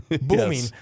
booming